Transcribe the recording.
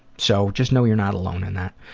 so just know you're not alone in that.